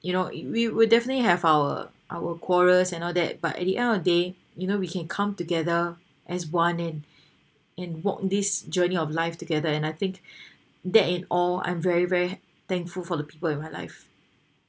you know it we will definitely have our our quarrels and all that but at the end of the day you know we can come together as one and and walk this journey of life together and I think that it all I'm very very thankful for the people in my life